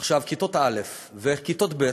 עכשיו כיתות א' וכיתות ב'